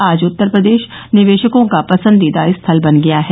आज उत्तर प्रदेश निवेशकों का पसंदीदा स्थल बन गया है